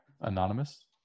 anonymous